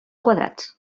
quadrats